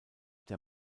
der